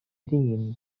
dingin